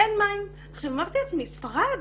ספרד,